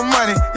money